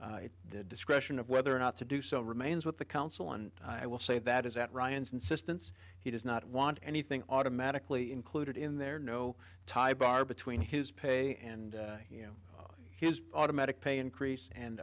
the discretion of whether or not to do so remains with the council and i will say that is at ryan's insistence he does not want anything automatically included in there no tie bar between his pay and his automatic pay increase and